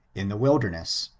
in the wilderness.